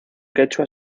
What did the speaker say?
quechua